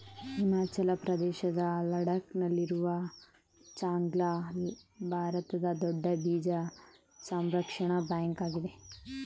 ಹಿಮಾಚಲ ಪ್ರದೇಶದ ಲಡಾಕ್ ನಲ್ಲಿರುವ ಚಾಂಗ್ಲ ಲಾ ಭಾರತದ ದೊಡ್ಡ ಬೀಜ ಸಂರಕ್ಷಣಾ ಬ್ಯಾಂಕ್ ಆಗಿದೆ